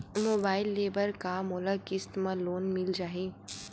Mobile ले बर का मोला किस्त मा लोन मिल जाही?